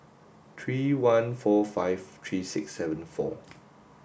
three one four five three six seven four